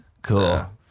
Cool